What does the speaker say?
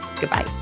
Goodbye